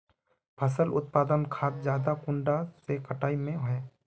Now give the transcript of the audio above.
फसल उत्पादन खाद ज्यादा कुंडा के कटाई में है?